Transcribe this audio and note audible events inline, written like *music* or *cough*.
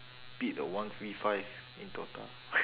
beat a one V five in DOTA *noise*